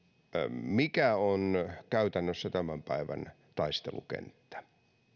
mikä on käytännössä tämän päivän taistelukenttä ja